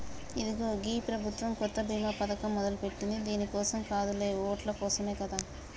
ఇదిగో గీ ప్రభుత్వం కొత్త బీమా పథకం మొదలెట్టింది దీని కోసం కాదులే ఓట్ల కోసమే కదా